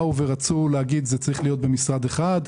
באו ואמרו שזה צריך להיות במשרד אחד.